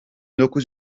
dokuz